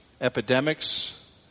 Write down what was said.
epidemics